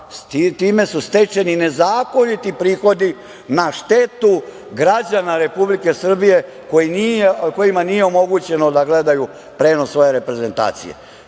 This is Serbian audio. Time su stečeni nezakoniti prihodi na štetu građana Republike Srbije kojima nije omogućeno da gledaju prenos utakmice svoje reprezentacije. Prema